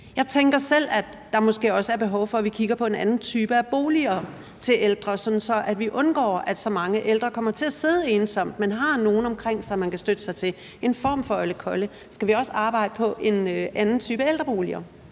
Jeg tænker selv, at der måske også er behov for, at vi kigger på en anden type af boliger til ældre, sådan at vi undgår, at så mange ældre kommer til at sidde ensomt, men at de har nogle omkring sig, de kan støtte sig til, altså en form for oldekolle. Skal vi også arbejde på en anden type ældreboliger?